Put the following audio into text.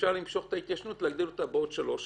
אפשר למשוך את ההתיישנות ולהגדיל אותה בעוד שלוש שנים.